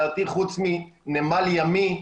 לדעתי חוץ מנמל ימי,